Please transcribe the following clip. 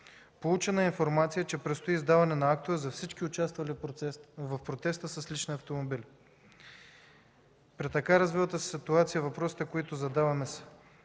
Получена е информация, че предстои издаване на актове на всички участвали в протеста с лични автомобили. При така развилата се ситуация нашите въпроси са: